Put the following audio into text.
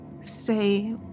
stay